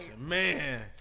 man